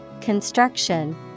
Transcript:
construction